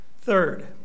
Third